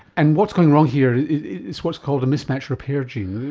and what's going wrong here, it's what's called a mismatch repair gene,